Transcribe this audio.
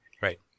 Right